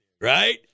Right